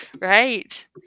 Right